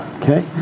Okay